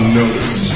notice